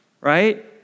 Right